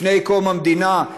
לפני קום המדינה,